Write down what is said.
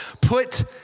put